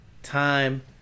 Time